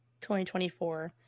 2024